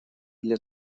для